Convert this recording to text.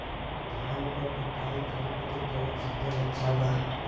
धान क कटाई करे बदे कवन साधन अच्छा बा?